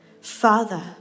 Father